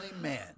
man